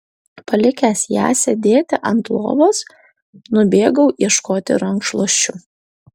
palikęs ją sėdėti ant lovos nubėgau ieškoti rankšluosčių